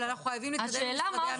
אבל אנחנו חייבים להתקדם אל משרד הממשלה.